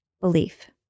belief